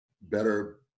better